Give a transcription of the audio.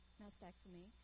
mastectomy